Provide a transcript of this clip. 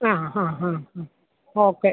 ആ ഹാ ഹാ അ ഓക്കെ